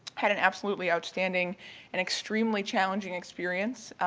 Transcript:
had an absolutely outstanding and extremely challenging experience.